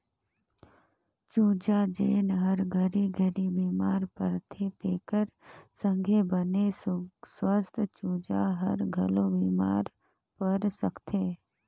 चूजा जेन हर घरी घरी बेमार परथे तेखर संघे बने सुवस्थ चूजा हर घलो बेमार पर सकथे